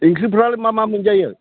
ओंख्रिफ्रालाय मा मा मोनजायो